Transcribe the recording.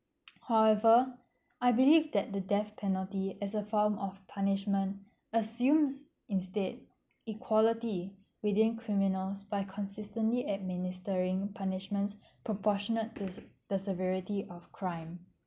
however I believe that the death penalty as a form of punishment assumes instead equality within criminals by consistently administering punishments proportionate this the severity of crime